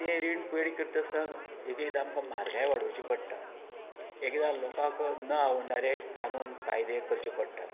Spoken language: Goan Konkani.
तें रीण पेड करतां आसतना एकएकेदा आमका म्हारगाय वाडोवची पडटा एक एकदा लोकांक ना आवडणारे कानून कायदे करचें पडटात